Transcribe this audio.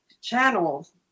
channels